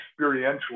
experientially